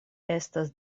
estas